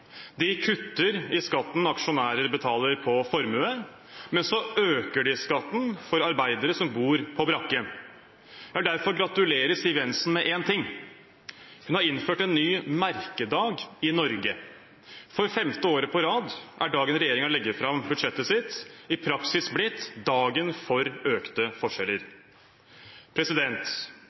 de kutter i skatten aksjonærer betaler på formue, men så øker de skatten for arbeidere som bor på brakke. Jeg vil derfor gratulere Siv Jensen med én ting: Hun har innført en ny merkedag i Norge. For femte året på rad er dagen regjeringen legger fram budsjettet sitt, i praksis blitt dagen for økte forskjeller.